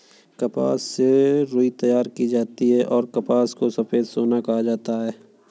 कपास से रुई तैयार की जाती हैंऔर कपास को सफेद सोना कहा जाता हैं